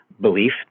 belief